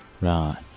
Right